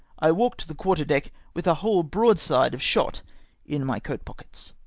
i walked the quarter-deck with a whole broadside of shot in my coat pockets.